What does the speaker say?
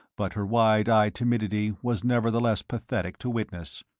but her wide-eyed timidity was nevertheless pathetic to witness.